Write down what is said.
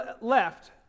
left